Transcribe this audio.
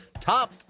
top